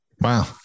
Wow